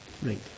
Right